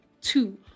two